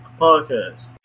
podcast